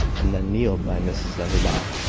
and then kneeled by mrs enderby,